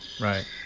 Right